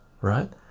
right